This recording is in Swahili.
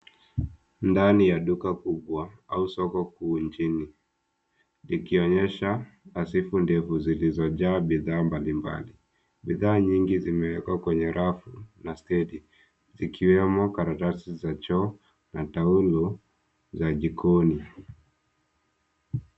Ndani ya duka kubwa au soko kuu nchini zikionyesha asifu ndefu zilizo jaa bidhaa mbalimbali. Bidhaa nyingi zimewekwa kwenye rafu na stendi zikiwemo karatasi za choo na taulo za jikoni.